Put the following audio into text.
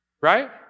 Right